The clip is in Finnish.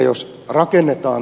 jos rakennetaan